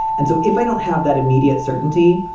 and so if i don't have that immediate certainty,